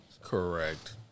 Correct